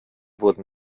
wurden